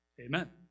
Amen